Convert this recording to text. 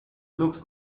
looks